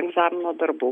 egzamino darbų